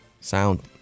Sound